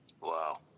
Wow